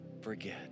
forget